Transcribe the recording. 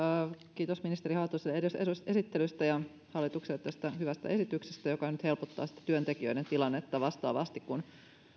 kiitos ministeri haataiselle esittelystä ja hallitukselle tästä hyvästä esityksestä joka nyt helpottaa sitten työntekijöiden tilannetta eli vastaavasti kun